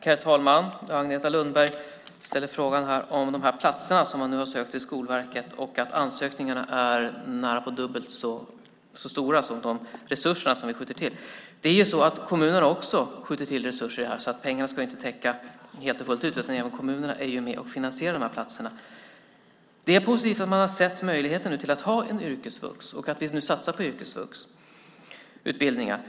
Herr talman! Agneta Lundberg ställer frågan om de här platserna som man har ansökt om till Skolverket och att ansökningarna är närapå dubbelt så stora som resurserna vi skjuter till. Det är så att även kommunerna skjuter till resurser i detta. Pengarna ska alltså inte täcka fullt ut, utan även kommunerna är med och finansierar de här platserna. Det är positivt att man har sett möjligheten att ha yrkesvux och att vi nu satsar på yrkesvuxutbildningar.